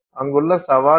அங்குள்ள சவால் என்ன